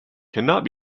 cannot